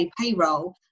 payroll